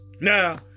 Now